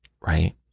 right